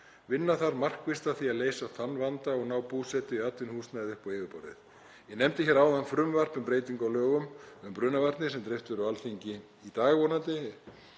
Vinna þarf markvisst að því að leysa þann vanda og ná búsetu í atvinnuhúsnæðið upp á yfirborðið. Ég nefndi hér áðan frumvarp um breytingu á lögum um brunavarnir m.a., sem dreift verður á Alþingi í dag vonandi